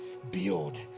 Build